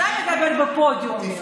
אתה מדבר בפודיום,